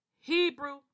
Hebrew